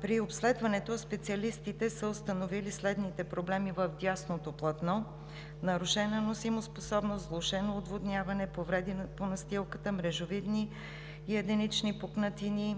При обследването специалистите са установили следните проблеми в дясното платно: нарушена носимоспособност, влошено отводняване, повреди по настилката, мрежовидни и единични пукнатини,